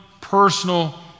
personal